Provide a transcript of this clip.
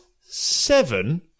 seven